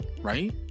right